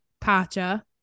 Pacha